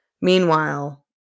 Meanwhile